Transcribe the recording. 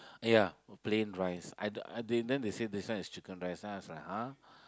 ya plain rice I don't they then they say this one is chicken rice then I was like !huh!